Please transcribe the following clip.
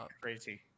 crazy